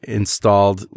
installed